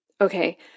Okay